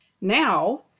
Now